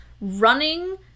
running